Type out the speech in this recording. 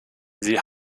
sie